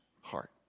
heart